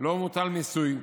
לא מוטל מיסוי.